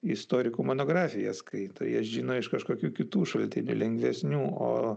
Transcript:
istorikų monografijas skaito jie žino iš kažkokių kitų šaltinių lengvesnių o